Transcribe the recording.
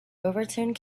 overturned